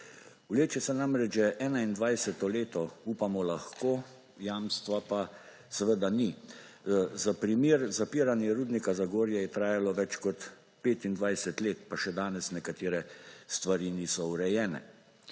Vleče se namreč že 21. leto. Upamo lahko, jamstva pa seveda ni. Za primer, zapiranje Rudnika Zagorje je trajalo več kot 25 let pa še danes nekatere stvari niso urejene.